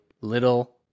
little